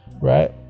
right